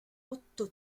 otto